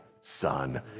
son